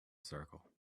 circle